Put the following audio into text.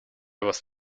was